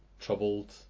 troubled